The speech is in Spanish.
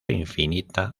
infinita